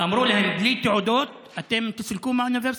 אמרו להם: בלי תעודות אתם תסולקו מהאוניברסיטה.